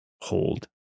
hold